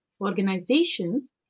organizations